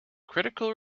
critical